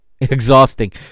Exhausting